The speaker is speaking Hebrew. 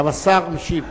עכשיו השר משיב.